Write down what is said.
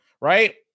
right